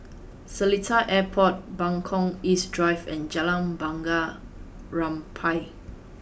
Seletar Airport Buangkok East Drive and Jalan Bunga Rampai